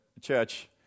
church